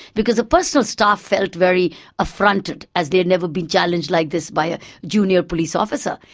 because the personal staff felt very affronted as they had never been challenged like this by a junior police officer,